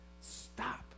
Stop